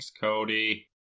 Cody